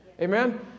Amen